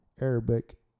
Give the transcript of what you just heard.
Arabic